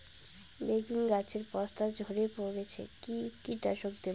বেগুন গাছের পস্তা ঝরে পড়ছে কি কীটনাশক দেব?